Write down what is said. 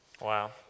Wow